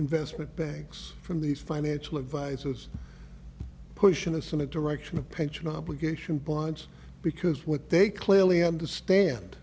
investment banks from these financial advisors push innocent direction of pension obligation bonds because what they clearly understand